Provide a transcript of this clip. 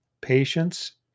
patience